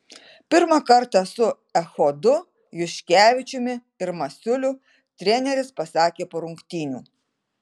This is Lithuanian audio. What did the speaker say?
pirmą kartą su echodu juškevičiumi ir masiuliu treneris pasakė po rungtynių